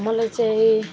मलाई चाहिँ